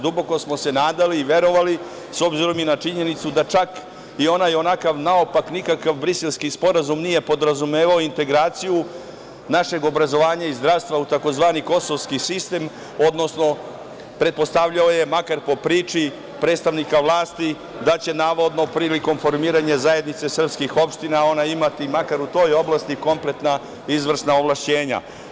Duboko smo se nadali i verovali, s obzirom i na činjenicu da čak i onaj onakav, naopak, nikakav Briselski sporazum nije podrazumevao integraciju našeg obrazovanja i zdravstva u tzv. kosovski sistem, odnosno pretpostavljao je, makar po priči, predstavnika vlasti, da će navodno prilikom formiranja zajednice srpskih opština ona imati makar u toj oblasti kompletna izvršna ovlašćenja.